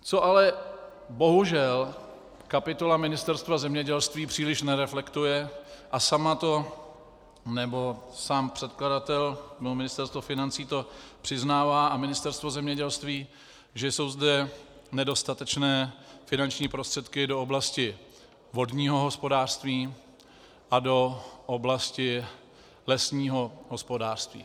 Co ale bohužel kapitola Ministerstva zemědělství příliš nereflektuje a sama to, nebo sám předkladatel nebo Ministerstvo financí to přiznává a Ministerstvo zemědělství, že jsou zde nedostatečné finanční prostředky do oblasti vodního hospodářství a do oblasti lesního hospodářství.